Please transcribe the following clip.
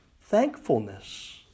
thankfulness